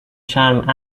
چرم